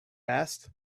asked